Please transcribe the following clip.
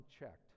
unchecked